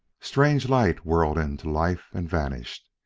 strange light whirled into life and vanished,